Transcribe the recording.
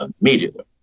immediately